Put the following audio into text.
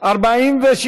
להעביר את